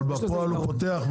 אבל בפועל הוא פותח,